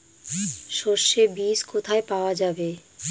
সর্ষে বিজ কোথায় পাওয়া যাবে?